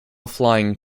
flying